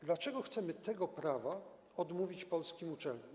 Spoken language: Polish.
Dlaczego chcemy tego prawa odmówić polskim uczelniom?